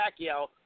Pacquiao